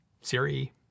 Siri